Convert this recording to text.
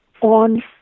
on